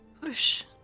push